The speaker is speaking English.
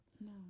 No